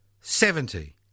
seventy